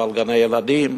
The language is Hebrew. ועל גני-ילדים.